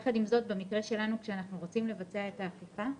במקרה שלנו,